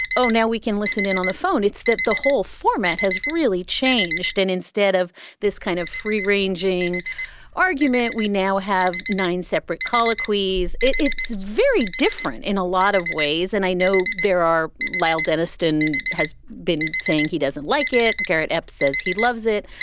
oh, now we can listen in on the phone. it's that the whole format has really changed. and instead of this kind of free ranging argument, we now have nine separate colloquies. it's very different in a lot of ways. and i know there are lyle denniston has been saying he doesn't like it. garrett epps says he loves it.